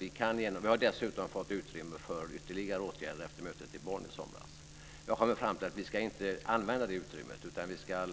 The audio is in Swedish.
Vi har dessutom fått utrymme för ytterligare åtgärder efter mötet i Bonn i somras. Jag har kommit fram till att vi inte ska använda det utrymmet, utan vi ska